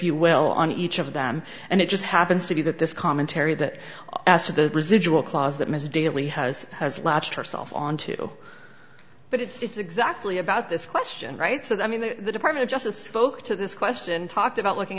you will on each of them and it just happens to be that this commentary that adds to the residual clause that ms daley has has latched herself onto but it's exactly about this question right so i mean the department of justice folk to this question talked about looking